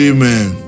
Amen